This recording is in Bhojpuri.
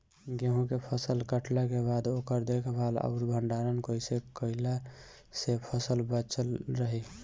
गेंहू के फसल कटला के बाद ओकर देखभाल आउर भंडारण कइसे कैला से फसल बाचल रही?